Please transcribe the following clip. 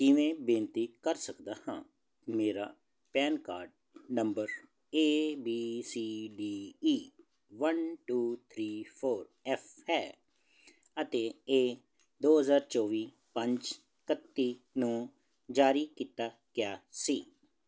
ਕਿਵੇਂ ਬੇਨਤੀ ਕਰ ਸਕਦਾ ਹਾਂ ਮੇਰਾ PAN card number A B C D E one two three four F ਹੈ ਅਤੇ ਇਹ ਦੋ ਹਜ਼ਾਰ ਚੋਵੀ ਪੰਜ ਕੱਤੀ ਨੂੰ ਜਾਰੀ ਕੀਤਾ ਗਿਆ ਸੀ